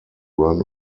run